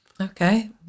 Okay